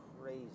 crazy